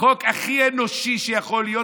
חוק הכי אנושי שיכול להיות,